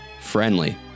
friendly